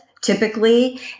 Typically